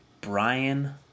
Brian